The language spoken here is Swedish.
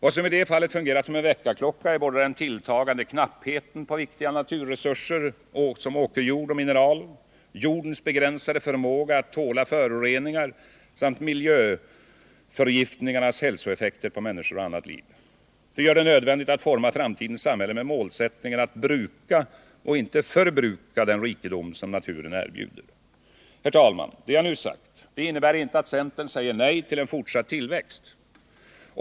Vad som i det fallet fungerat som en väckarklocka är den tilltagande knappheten på viktiga naturresurser som åkerjord och mineral, jordens begränsade förmåga att tåla föroreningar samt miljöförgiftningarnas hälsoeffekter på människor och annat liv. Det gör det nödvändigt att forma framtidens samhälle med målsättningen att bruka och inte förbruka den rikedom som naturen erbjuder. Herr talman! Det jag nu sagt innebär inte att centern säger nej till en fortsatt tillväxt.